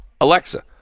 Alexa